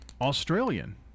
Australian